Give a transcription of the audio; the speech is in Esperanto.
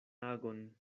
agon